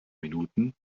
minuten